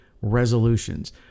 resolutions